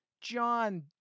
John